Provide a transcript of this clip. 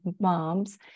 moms